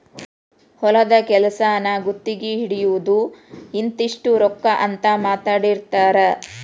ಹೊಲದ ಕೆಲಸಾನ ಗುತಗಿ ಹಿಡಿಯುದು ಇಂತಿಷ್ಟ ರೊಕ್ಕಾ ಅಂತ ಮಾತಾಡಿರತಾರ